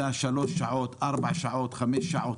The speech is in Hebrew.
אתה נוסע בו שלוש שעות, ארבע שעות, חמש שעות.